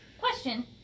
Question